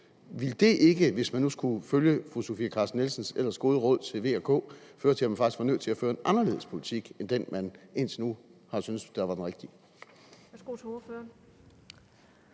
Ville det ikke, hvis man nu skulle følge fru Sofie Carsten Nielsens ellers gode råd til V og K, føre til, at man faktisk var nødt til at føre en anderledes politik end den, man indtil nu har syntes var den rigtige?